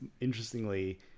interestingly